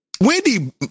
Wendy